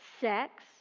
sex